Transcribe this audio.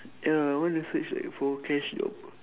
ya I want to search like a for cash job